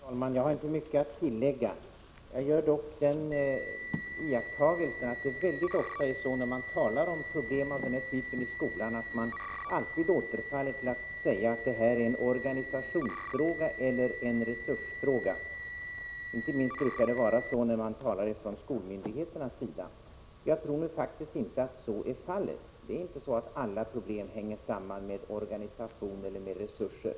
Herr talman! Jag har inte mycket att tillägga. Jag gör dock den iakttagelsen att man mycket ofta, när man talar om problem av den här typen i skolan, återfaller i att säga att detta är en organisationsfråga eller en resursfråga. Inte minst brukar det vara så när man talar från skolmyndigheternas sida. Jag tror faktiskt inte att så är fallet. Alla problem hänger inte samman med organisation eller resurser.